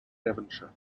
devonshire